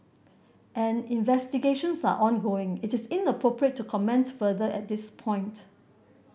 as investigations are ongoing it is inappropriate to comment further at this point